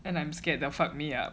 and I'm scared they'll fuck me up